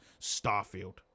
Starfield